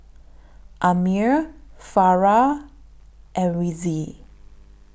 Ammir Farah and Rizqi